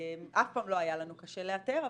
אף פעם לא היה לנו קשה לאתר,